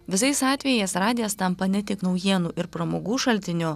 visais atvejais radijas tampa ne tik naujienų ir pramogų šaltiniu